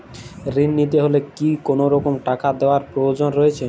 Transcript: ঋণ নিতে হলে কি কোনরকম টাকা দেওয়ার প্রয়োজন রয়েছে?